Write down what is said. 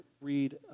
read